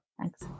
Thanks